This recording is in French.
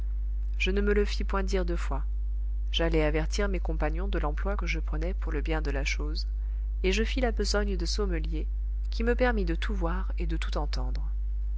je ne me le fis point dire deux fois j'allai avertir mes compagnons de l'emploi que je prenais pour le bien de la chose et je fis la besogne de sommelier qui me permit de tout voir et de tout entendre